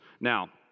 Now